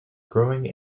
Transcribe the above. growing